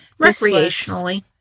Recreationally